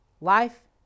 life